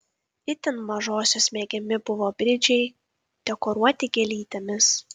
itin mažosios mėgiami buvo bridžiai dekoruoti gėlytėmis